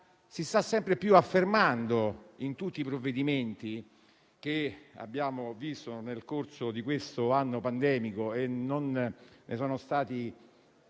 Si sta sempre più affermando, in tutti i provvedimenti che abbiamo esaminato nel corso di quest'anno pandemico (e non sono stati